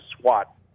SWAT